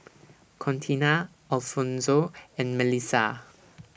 Contina Alfonzo and Mellissa